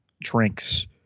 drinks